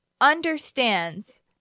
understands